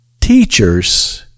teachers